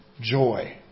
joy